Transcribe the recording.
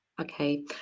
Okay